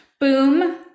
boom